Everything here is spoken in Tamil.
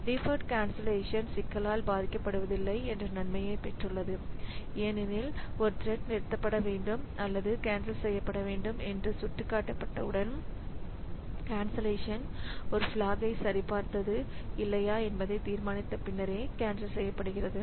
டிஃபர்டு கன்சல்லேஷன்சிக்கலால் பாதிக்கப்படுவதில்லை என்ற நன்மையைப் பெற்றுள்ளது ஏனெனில் ஒரு த்ரெட் நிறுத்தப்பட வேண்டும் அல்லது கேன்சல் செய்யப்பட வேண்டும் என்று சுட்டிக்காட்டப்பட்டவுடன் கன்சல்லேஷன் ஒரு பிளாக்ஐ சரிபார்த்து இல்லையா என்பதை தீர்மானித்த பின்னரே கேன்சல் செய்யப்படுகிறது